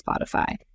Spotify